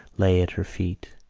lay at her feet.